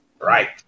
Right